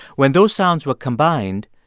when those sounds were combined,